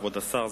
כבוד השר,